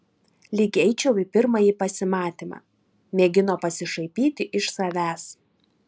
lyg eičiau į pirmąjį pasimatymą mėgino pasišaipyti iš savęs